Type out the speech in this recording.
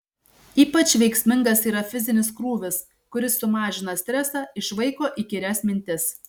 ypač veiksmingas yra fizinis krūvis kuris sumažina stresą išvaiko įkyrias mintis